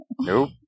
Nope